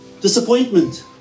Disappointment